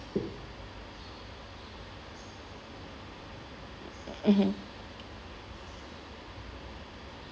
mmhmm